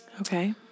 Okay